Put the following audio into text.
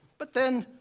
but then,